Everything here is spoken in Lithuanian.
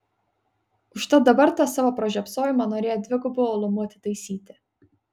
užtat dabar tą savo pražiopsojimą norėjo dvigubu uolumu atitaisyti